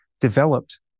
developed